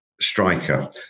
striker